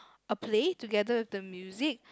a play together with the music